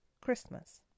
Christmas